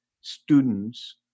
students